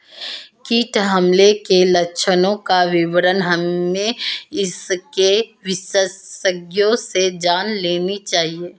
कीट हमले के लक्षणों का विवरण हमें इसके विशेषज्ञों से जान लेनी चाहिए